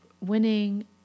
winning